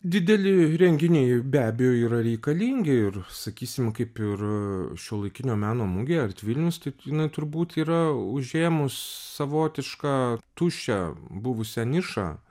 dideli renginiai be abejo yra reikalingi ir sakysim kaip ir šiuolaikinio meno mugė art vilnius taip jinai turbūt yra užėmus savotišką tuščią buvusią nišą